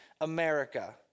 America